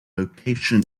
location